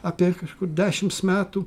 apie kažkur dešims metų